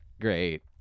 great